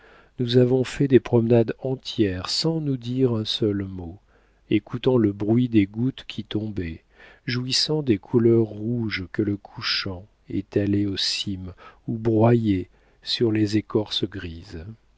nous avons fait des promenades entières sans nous dire un seul mot écoutant le bruit des gouttes qui tombaient jouissant des couleurs rouges que le couchant étalait aux cimes ou broyait sur les écorces grises